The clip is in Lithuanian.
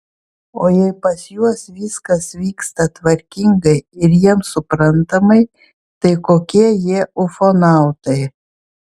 o jei pas juos viskas vyksta tvarkingai ir jiems suprantamai tai kokie jie ufonautai